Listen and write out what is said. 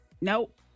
nope